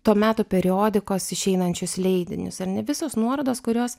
to meto periodikos išeinančius leidinius ar ne visos nuorodos kurios